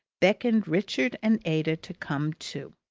beckoned richard and ada to come too.